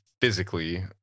physically